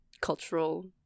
cultural